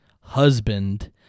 husband